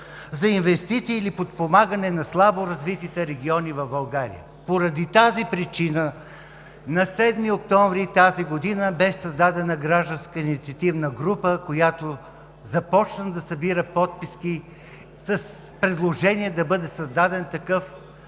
за инвестиции или подпомагане на слабо развитите региони в България. Поради тази причина на 7 октомври тази година беше създадена гражданска инициативна група, която започна да събира подписи с предложение да бъде създаден такъв